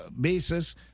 basis